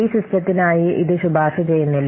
ഈ സിസ്റ്റത്തിനായി ഇത് ശുപാർശ ചെയ്യുന്നില്ല